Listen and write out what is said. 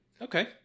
Okay